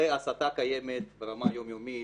הרי הסתה קיימת ברמה היומיומית.